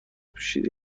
پوشیده